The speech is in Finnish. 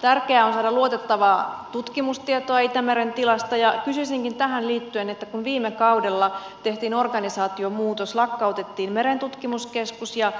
tärkeää on saada luotettavaa tutkimustietoa itämeren tilasta ja kysyisinkin tähän liittyen että kun viime kaudella tehtiin organisaatiomuutos lakkautettiin merentutkimuskeskus ja